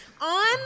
on